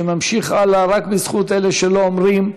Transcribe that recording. שממשיך הלאה רק בזכות אלה שלא אומרים: